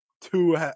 two